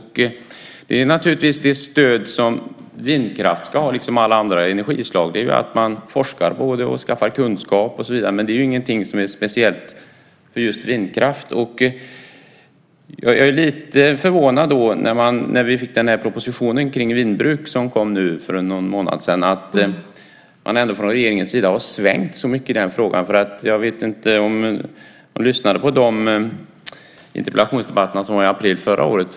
Det stöd som vindkraften liksom alla andra energislag ska ha är att man forskar om den och skaffar kunskap om den. Men det är ingenting som är speciellt för just vindkraften. Vi fick för någon månad sedan propositionen om vindbruk. Och jag är förvånad över att regeringen har svängt så mycket i den frågan. Jag vet inte om du lyssnade på interpellationsdebatterna i april förra året.